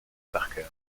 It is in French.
parker